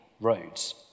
roads